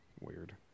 Weird